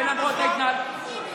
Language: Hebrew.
הוא לא מעל החוק.